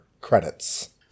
credits